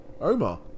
Omar